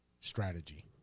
strategy